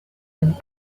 theme